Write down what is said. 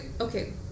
Okay